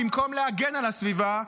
במקום להגן על הסביבה,